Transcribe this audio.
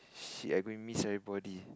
shit I am going to miss everybody